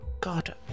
God